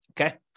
Okay